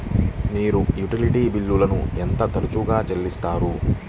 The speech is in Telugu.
మీరు యుటిలిటీ బిల్లులను ఎంత తరచుగా చెల్లిస్తారు?